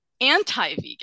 anti-vegan